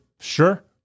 Sure